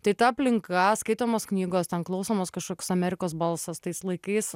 tai ta aplinka skaitomos knygos ten klausomas kažkoks amerikos balsas tais laikais